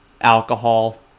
alcohol